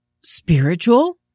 spiritual